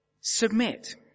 submit